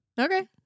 Okay